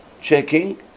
checking